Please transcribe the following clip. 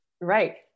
right